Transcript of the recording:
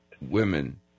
women